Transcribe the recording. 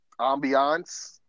ambiance